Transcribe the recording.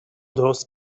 درست